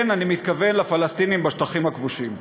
כן, אני מתכוונים לפלסטינים בשטחים הכבושים.